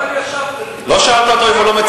לא שאלת אותו אם הוא לא מצפצף,